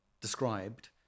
Described